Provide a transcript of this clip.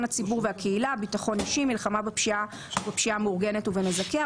הציבור והקהילה; ביטחון אישי; מלחמה בפשיעה ובפשיעה המאורגנת ובנזקיה,